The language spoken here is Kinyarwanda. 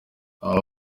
aba